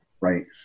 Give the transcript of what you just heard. right